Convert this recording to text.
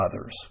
others